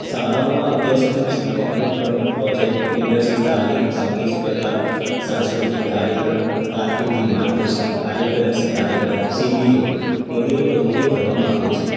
શાળાઓમાં અભ્યાસક્રમ સિવાય રમત ગમત પ્રૉજેક્ટ લીડરશીપ તાલીમ સંગીત સ્પર્ધા સાંસ્કૃતિક કાર્યક્રમ કારકિર્દી માર્ગદર્શન આરોગ્યલક્ષી કાર્યક્રમ શિબિરો વગેરે પ્રવૃત્તિઓ કરવામાં આવે છે